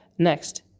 Next